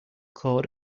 cord